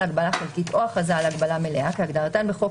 הגבלה חלקית או הכרזה על הגבלה מלאה כהגדרתן בחוק